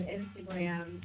Instagram